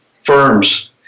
firms